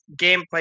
gameplay